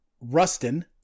Rustin